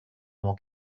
avant